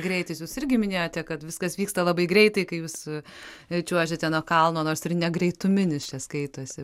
greitis jūs irgi minėjote kad viskas vyksta labai greitai kai jūs čiuožiate nuo kalno nors ir negreituminis čia skaitosi